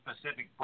specific